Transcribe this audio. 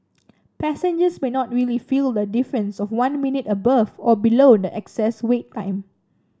passengers may not really feel the difference of one minute above or below the excess wait time